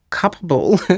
capable